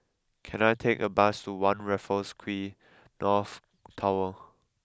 can I take a bus to One Raffles Quay North Tower